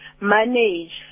manage